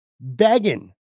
begging